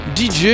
DJ